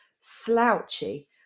slouchy